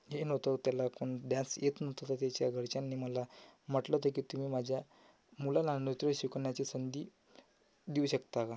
हे नव्हतं त्याला कोणी डॅन्स येत नव्हतं तर त्याच्या घरच्यांनी मला म्हटलं होतं तुम्ही माझ्या मुलाला आणलं तो शिकवण्याची संधी देऊ शकता का